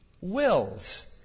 wills